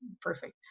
perfect